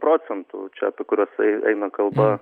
procentų čia apie kuriuos eina kalba